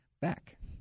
back